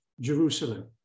Jerusalem